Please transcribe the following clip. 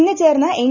ഇന്ന് ചേർന്ന എൻ